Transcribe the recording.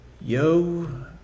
Yo